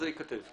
זה ייכתב.